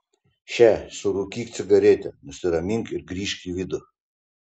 še surūkyk cigaretę nusiramink ir grįžk į vidų